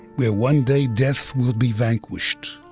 where one day death will be vanquished.